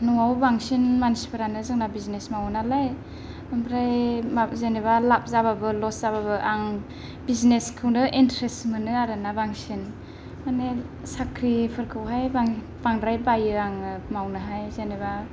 न'आव बांसिन मानथिफोरानो जोंना बिजिनेस मावयो नालाय ओमफ्राय माबा जेनोबा लाभ जाबाबो लस जाबाबो आं बिजिनेसखौनो ईनट्रेस्ट मोनो आरो ना बांसिन मानि साख्रिफोरखौहाय बांद्राय बायो आरो ना मावनो जेनोबा